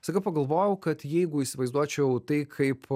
staiga pagalvojau kad jeigu įsivaizduočiau tai kaip